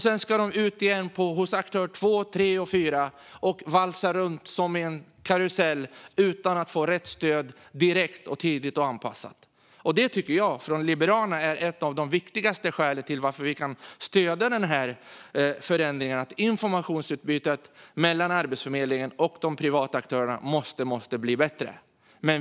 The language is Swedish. Sedan ska de ut igen till aktör två, tre och fyra och valsa runt som i en karusell, utan att få rätt stöd direkt, tidigt och anpassat. Detta tycker jag från Liberalerna är ett av de viktigaste skälen till att vi kan stödja den här förändringen. Informationsutbytet mellan Arbetsförmedlingen och de privata aktörerna måste bli bättre.